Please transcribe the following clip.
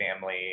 family